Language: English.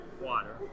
water